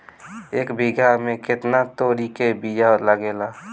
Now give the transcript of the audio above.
एक बिगहा में केतना तोरी के बिया लागेला?